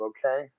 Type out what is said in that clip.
Okay